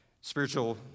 Spiritual